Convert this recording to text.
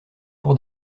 cour